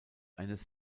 eines